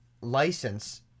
license